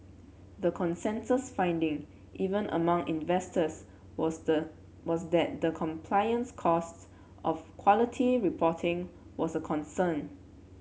the consensus finding even among investors was the was that the compliance costs of quality reporting was a concern